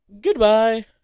goodbye